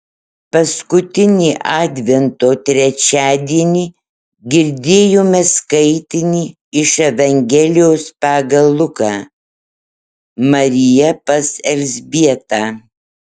paskutinį advento trečiadienį girdėjome skaitinį iš evangelijos pagal luką marija pas elzbietą